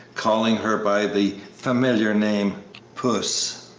calling her by the familiar name puss,